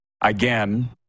again